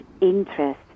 interest